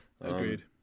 Agreed